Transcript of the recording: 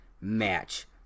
match